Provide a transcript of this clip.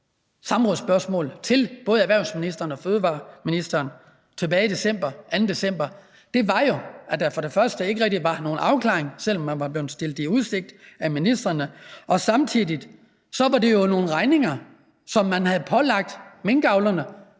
samrådsspørgsmål til både erhvervsministeren og fødevareministeren tilbage i december – den 2. december – var jo, at der for det første ikke rigtig var nogen afklaring, selv om man var blevet stillet det i udsigt af ministrene. Og for det andet var det jo samtidig nogle regninger, som man havde pålagt minkavlerne: